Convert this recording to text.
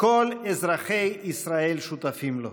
כל אזרחי ישראל שותפים לו.